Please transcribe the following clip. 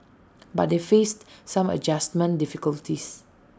but they faced some adjustment difficulties